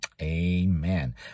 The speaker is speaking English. Amen